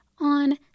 on